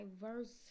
diverse